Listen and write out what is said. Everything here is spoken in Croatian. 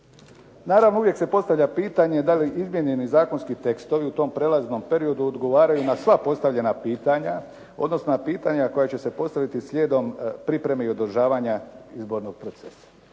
Naravno uvijek se postavlja pitanje da li izmijenjeni zakonski tekstovi u tom prelaznom periodu odgovaraju na sva postavljena pitanja, odnosno na pitanja koja će postaviti slijedom pripreme i održavanja izbornog procesa.